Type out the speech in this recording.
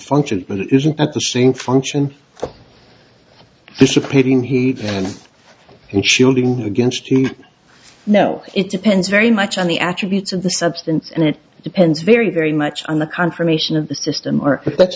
functions but isn't that the same function dissipating heave and shielding against you know it depends very much on the attributes of the substance and it depends very very much on the confirmation of the system or if that's